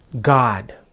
God